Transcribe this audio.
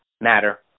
matter